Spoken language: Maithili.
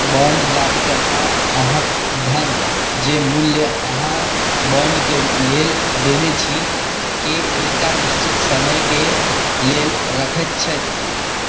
बॉन्ड जारीकर्ता अहाँक धन जे मूल्य अहाँ बॉन्डके लेल देने छी केँ एकटा निश्चित समयके लेल रखैत छथि